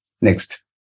Next